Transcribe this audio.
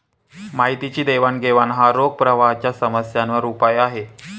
माहितीची देवाणघेवाण हा रोख प्रवाहाच्या समस्यांवर उपाय आहे